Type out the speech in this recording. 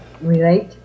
relate